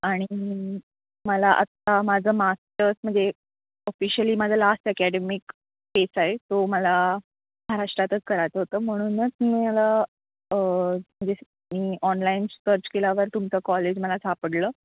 आणि मला आता माझं मास्टर्स म्हणजे ऑफिशियली माझं लास्ट अकॅडमिक फेस आहे तो मला महाराष्ट्रातच करायचं होतं म्हणूनच मला म्हणजे मी ऑनलाईन सर्च केल्यावर तुमचं कॉलेज मला सापडलं